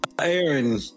Aaron